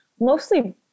mostly